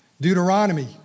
Deuteronomy